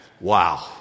Wow